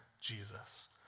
Jesus